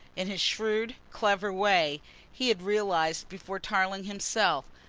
in his shrewd, clever way he had realised before tarling himself,